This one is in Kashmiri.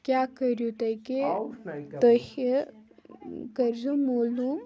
کیٛاہ کٔریوٗ تُہۍ کہِ تُہۍ ہہِ کٔرۍزیو مولوٗم